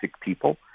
people